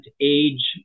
age